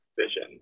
vision